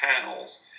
panels